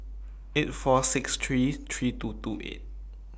eight four six three three two two eight